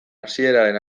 hasieraren